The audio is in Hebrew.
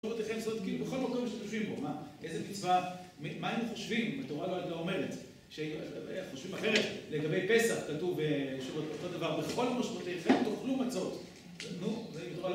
כאילו בכל מקום שתושבים בו. איזה מצווה, מה אנו חושבים? התורה לא הייתה אומרת. חושבים אחרת לגבי פסח. כתוב אותו דבר. בכל מקום שתושבים בו.